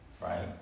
right